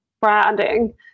branding